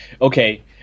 okay